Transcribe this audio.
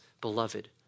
beloved